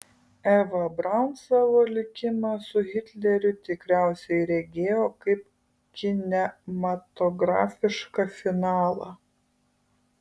eva braun savo likimą su hitleriu tikriausiai regėjo kaip kinematografišką finalą